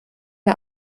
der